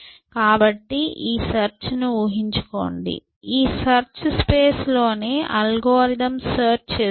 కాబట్టి ఈ సెర్చ్ ను ఊహించుకోండి ఈ సెర్చ్ స్పేస్లో నే అల్గోరిథం సెర్చ్ చేస్తుంది